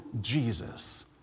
Jesus